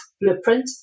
blueprint